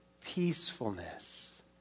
peacefulness